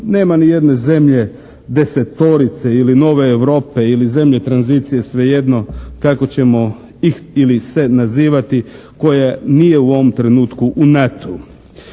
nema niti jedne zemlje desetorice ili nove Europe ili zemlje tranzicije svejedno kako ćemo ih ili se nazivati koja nije u ovom trenutku u NATO-u.